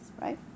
right